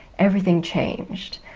everything changed.